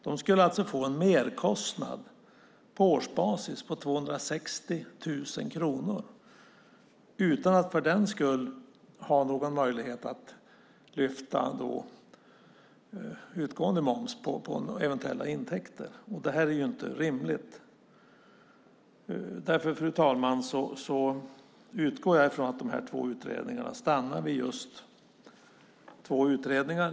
De skulle alltså få en merkostnad, på årsbasis, på 260 000 kronor utan att för den skull ha någon möjlighet att lyfta utgående moms på eventuella intäkter. Det här är inte rimligt. Därför, fru talman, utgår jag från att de här två utredningarna stannar vid just två utredningar.